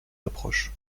approches